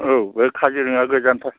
औ बे काजिरङाया गोजानथार